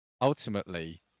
Ultimately